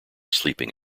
sleeping